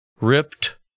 Ripped